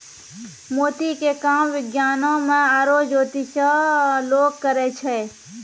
मोती के काम विज्ञानोॅ में आरो जोतिसें लोग करै छै